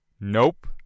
Nope